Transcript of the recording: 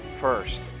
first